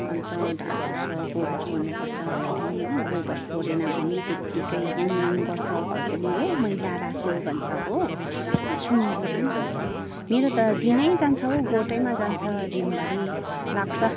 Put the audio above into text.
अन्त ढाँड दुख्छ गोबर सोर्नु पर्छ फेरि हो गोबर सोहोरेन भने पनि त्यत्तिकै याङयाङ गर्छ घरकोले हो मैला राख्यो भन्छ हो सुँगुर आम्मममम मेरो त दिनै जान्छ हौ गोठैमा जान्छ दिनभरि लाग्छ